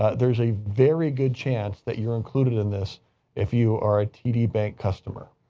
ah there's a very good chance that you're included in this if you are a td bank customer.